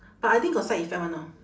but I think got side effect [one] know